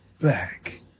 back